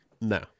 No